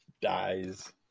dies